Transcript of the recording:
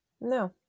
No